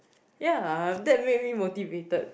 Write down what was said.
ya that made me motivated